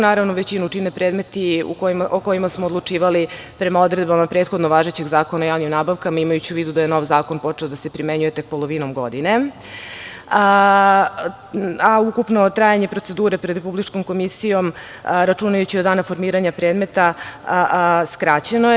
Naravno, većinu čine predmeti o kojima smo odlučivali prema odredbama prethodno važećeg Zakona o javnim nabavkama, imajući u vidu da je nov zakon počeo da se primenjuje tek polovinom godine, a ukupno trajanje procedure, pred Republičkom komisijom, računajući od dana formiranja predmeta, skraćeno je.